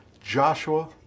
Joshua